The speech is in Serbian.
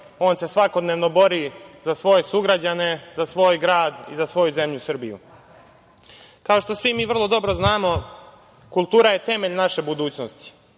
on se svakodnevno bori za svoje sugrađane, za svoj grad i za svoju zemlju Srbiju. Kao što svi mi vrlo dobro znamo, kultura je temelj naše budućnosti.